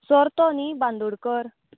sir तो न्ही बांदोडकर